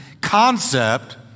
concept